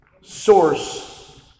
Source